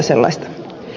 sellaista